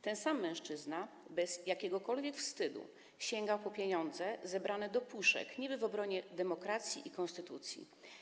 Ten sam mężczyzna bez jakiegokolwiek wstydu sięgał po pieniądze zebrane do puszek niby w obronie demokracji i konstytucji.